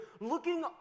looking